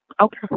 Okay